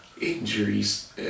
injuries